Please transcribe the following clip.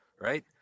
right